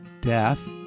death